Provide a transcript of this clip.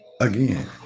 again